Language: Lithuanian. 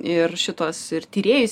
ir šituos ir tyrėjus